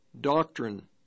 doctrine